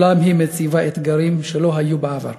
אולם היא מציבה אתגרים שלא היו בעבר.